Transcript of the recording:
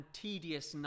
tedious